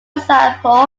example